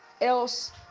else